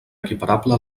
equiparable